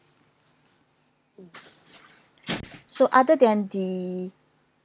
so other than the